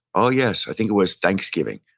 oh yes, i think it was thanksgiving.